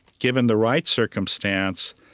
given the right circumstance,